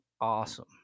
awesome